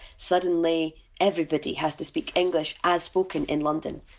suddenly everybody has to speak english as spoken in london.